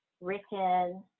written